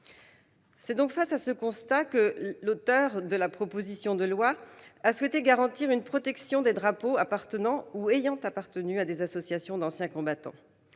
s'efface. Devant ce constat, l'auteur de la proposition de loi a souhaité garantir une protection des drapeaux appartenant ou ayant appartenu à des associations d'anciens combattants.